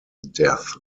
deaths